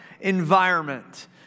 environment